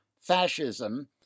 fascism